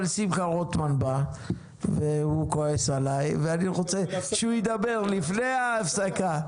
אבל שמחה רוטמן בא והוא כועס עליי ואני רוצה שהוא ידבר לפני ההפסקה.